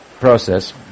process